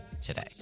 today